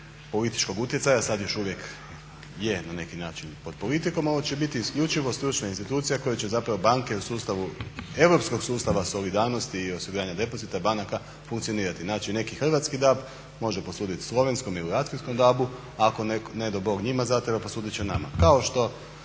političkog utjecaja. Sad još uvijek je na neki način pod politikom, ali će biti isključivo stručna institucija koja će zapravo banke u sustavu europskog sustava solidarnosti i osiguranja depozita banka funkcionirati. Znači neki hrvatski DAB može posuditi slovenskom ili austrijskom DAB-u, a ako ne do Bog njima zatreba posudit će nama.